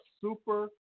super